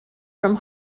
from